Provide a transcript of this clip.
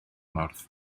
mawrth